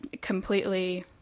completely